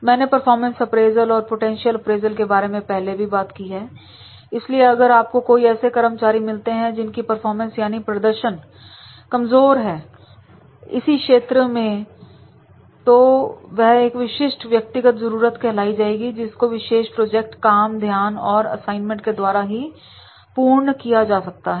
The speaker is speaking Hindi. मैंने परफॉर्मेंस अप्रेजल और पोटेंशियल अप्रेजल के बारे में बात की है इसलिए अगर आपको कोई ऐसे कर्मचारी मिलते हैं जिनकी परफॉर्मेंस यानी प्रदर्शन कमजोर है इसी विषय क्षेत्र में तो वह एक विशिष्ट व्यक्तिगत जरूरत कहलाई जाएगी जिसको विशेष प्रोजेक्ट काम ध्यान एवं असाइनमेंट के द्वारा ही पूर्ण किया जा सकता है